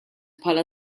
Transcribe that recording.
bħala